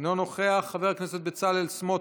אינו נוכח, חבר הכנסת בצלאל סמוטריץ'